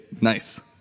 Nice